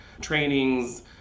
trainings